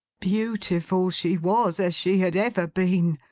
beautiful she was, as she had ever been,